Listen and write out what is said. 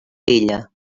ella